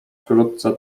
wkrótce